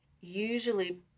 usually